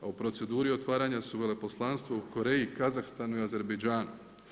A u proceduri otvaranja su veleposlanstvo u Koreji, Kazahstanu i u Azerbajdžanu.